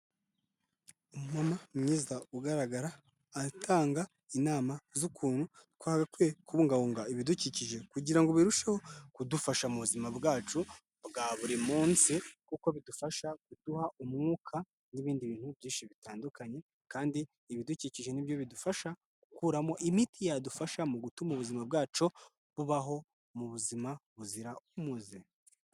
Umuntu mwiza ugaragara aratanga inama z'ukuntu twagakwiye kubungabunga ibidukikije, kugira ngo birusheho kudufasha mu buzima bwacu bwa buri munsi, kuko bidufasha kuduha umwuka n'ibindi bintu byinshi bitandukanye, kandi ibidukikije ni byo bidufasha gukuramo imiti yadufasha mu gutuma ubuzima bwacu bubaho mu buzima buzira umuze.